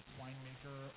winemaker